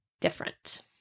different